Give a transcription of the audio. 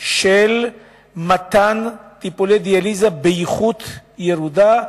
של מתן טיפולי דיאליזה באיכות ירודה,